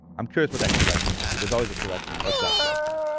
i'm curious what that correction will be. there's always a correction, what's that correction?